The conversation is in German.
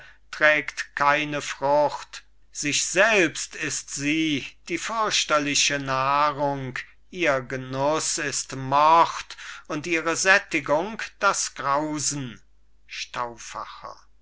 trägt keine frucht sich selbst ist sie die fürchterliche nahrung ihr genuss ist mord und ihre sättigung das grausen